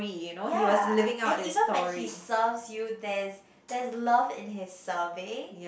ya and even when he serves you there is there's love in his serving